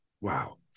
Wow